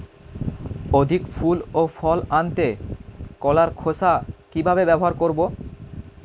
অধিক ফুল ও ফল আনতে কলার খোসা কিভাবে ব্যবহার করব?